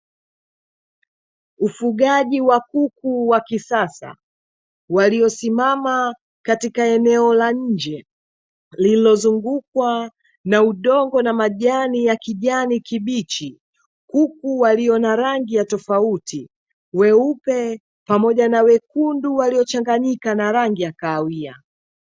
Ufugaji wa kuku wa kisasa, waliosimama katika eneo la nje lililozungukwa na udongo na majani ya kijani kibichi. Kuku walio na rangi ya tofauti, weupe pamoja na wekundu waliochanganyika na rangi ya kahawia.